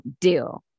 deal